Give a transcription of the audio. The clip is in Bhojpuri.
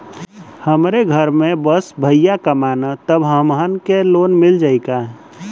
हमरे घर में बस भईया कमान तब हमहन के लोन मिल जाई का?